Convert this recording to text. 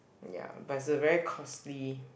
ya but it's a very costly